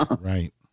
Right